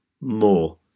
more